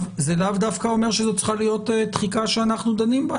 זה לאו דווקא אומר שזו צריכה להיות תחיקה שאנחנו דנים בה.